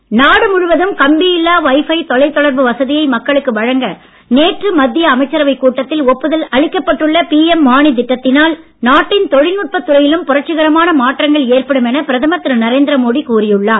PM Vani நாடு முழுவதும் கம்பியில்லா வை ஃபை தொலைதொடர்பு வசதியை மக்களுக்கு வழங்க நேற்று மத்திய அமைச்சரவைக் கூட்டத்தில் ஒப்புதல் அளிக்கப்பட்டுள்ள பிஎம் வாணி திட்டத்தினால் நாட்டின் தொழில்நுட்பத் துறையிலும் புரட்சிகரமான மாற்றங்கள் ஏற்படும் என பிரதமர் திரு நரேந்திர மோடி கூறி உள்ளார்